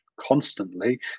constantly